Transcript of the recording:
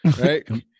right